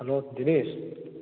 hello Denis